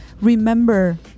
remember